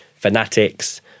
Fanatics